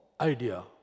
idea